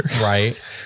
right